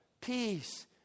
peace